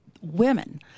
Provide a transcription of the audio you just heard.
women